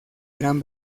gran